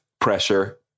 pressure